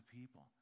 people